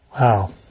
Wow